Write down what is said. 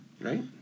Right